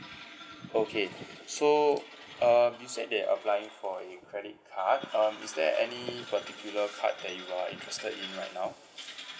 okay so um you said that applying for a credit card um is there any particular card that you are interested in right now